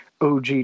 OG